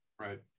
Right